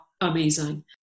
amazing